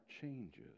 changes